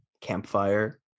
campfire